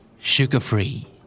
Sugar-Free